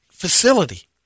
facility